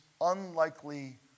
unlikely